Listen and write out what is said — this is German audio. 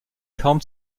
kaum